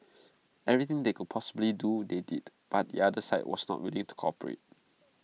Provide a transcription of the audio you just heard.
everything they could possibly do they did but the other side was not willing to cooperate